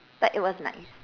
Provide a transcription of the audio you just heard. but it was nice